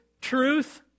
truth